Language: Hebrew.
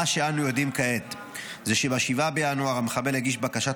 מה שאנו יודעים כעת זה שב-7 בינואר המחבל הגיש בקשת